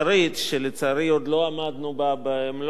שלצערי עוד לא עמדנו בה במלוא ההיקף,